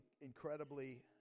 incredibly